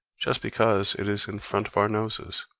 just because it is in front of our noses.